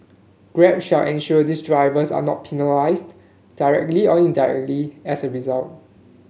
Grab shall ensure these drivers are not penalised directly or indirectly as a result